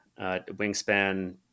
wingspan